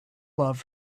love